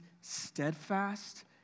steadfast